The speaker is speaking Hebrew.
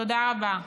תודה רבה.